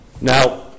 Now